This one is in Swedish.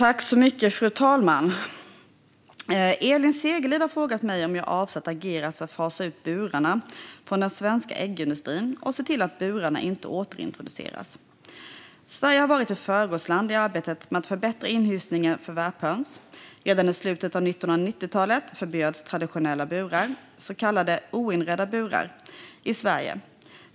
Fru talman! Elin Segerlind har frågat mig om jag avser att agera för att fasa ut burarna från den svenska äggindustrin och se till att burarna inte återintroduceras. Sverige har varit ett föregångsland i arbetet med att förbättra inhysningen för värphöns. Redan i slutet av 1990-talet förbjöds traditionella burar, så kallade oinredda burar, i Sverige.